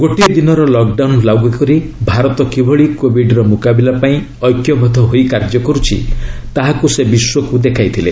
ଗୋଟିଏ ଦିନର ଲକ୍ଡାଉନ୍ ଲାଗୁ କରି ଭାରତ କିଭଳି କୋବିଡ୍ର ମୁକାବିଲା ପାଇଁ ଐକ୍ୟବଦ୍ଧ ହୋଇ କାର୍ଯ୍ୟ କରୁଛି ତାହାକୁ ସେ ବିଶ୍ୱକୁ ଦେଖାଇଥିଲେ